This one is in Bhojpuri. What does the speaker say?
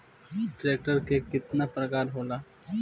ट्रैक्टर के केतना प्रकार होला?